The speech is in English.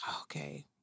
Okay